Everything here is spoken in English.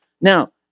Now